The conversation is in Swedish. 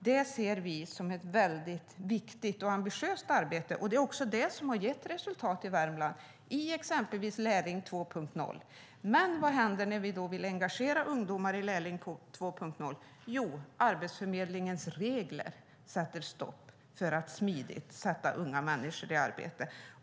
Men vi ser det här som ett väldigt viktigt och ambitiöst arbete. Det är också det som gett resultat i Värmland - exempelvis i lärling 2.0. Vad händer när vi vill engagera ungdomar i lärling 2.0? Jo, Arbetsförmedlingens regler sätter stopp för att smidigt sätta unga människor i arbete.